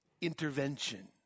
intervention